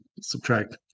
subtract